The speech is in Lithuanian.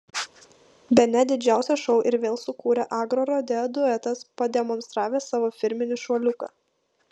bene didžiausią šou ir vėl sukūrė agrorodeo duetas pademonstravęs savo firminį šuoliuką